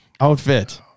outfit